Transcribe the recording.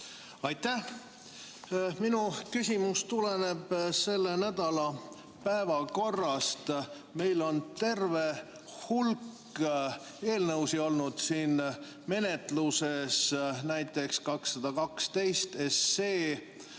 Aitäh! Minu küsimus tuleneb selle nädala päevakorrast. Meil on terve hulk eelnõusid olnud siin menetluses. Näiteks 212 SE,